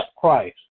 Christ